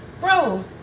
bro